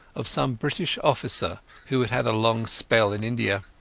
of some british officer who had had a long spell in india.